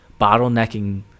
bottlenecking